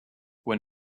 when